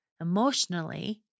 emotionally